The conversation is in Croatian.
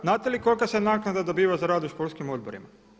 Znate li kolika se naknada dobiva za rad u školskim odborima?